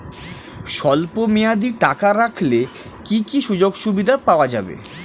স্বল্পমেয়াদী টাকা রাখলে কি কি সুযোগ সুবিধা পাওয়া যাবে?